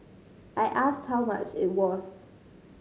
I asked how much it was